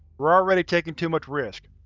we're already taking too much risk.